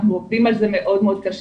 אנחנו עובדים על זה מאוד מאוד קשה.